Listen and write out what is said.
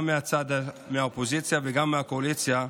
גם מצד האופוזיציה וגם מהקואליציה,